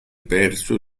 perso